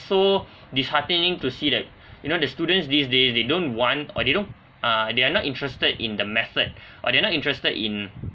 so disheartening to see that you know the students these days they don't want or they don't uh they are not interested in the method or they are not interested in